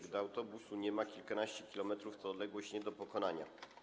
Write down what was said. Gdy autobusu nie ma, kilkanaście kilometrów to odległość nie do pokonania.